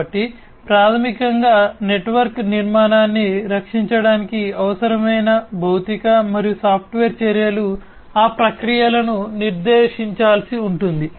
కాబట్టి ప్రాథమికంగా నెట్వర్క్ నిర్మాణాన్ని రక్షించడానికి అవసరమైన భౌతిక మరియు సాఫ్ట్వేర్ చర్యలు ఆ ప్రక్రియలను నిర్దేశించాల్సి ఉంటుంది